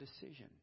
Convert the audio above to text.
decision